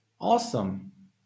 Awesome